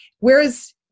Whereas